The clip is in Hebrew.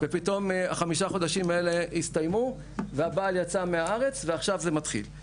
ופתאום חמישה החודשים האלה הסתיימו והבעל יצא מהארץ ועכשיו זה מתחיל.